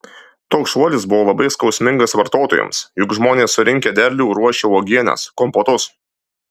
toks šuolis buvo labai skausmingas vartotojams juk žmonės surinkę derlių ruošia uogienes kompotus